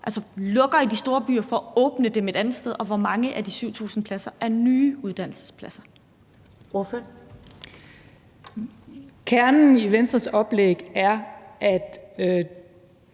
man lukker dem i de store byer for at åbne dem et andet sted, og hvor mange af de 7.000 pladser der er nye uddannelsespladser.